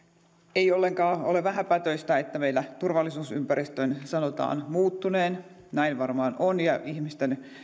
ei ollenkaan ole vähäpätöistä että meillä turvallisuusympäristön sanotaan muuttuneen näin varmaan on ja ihmisten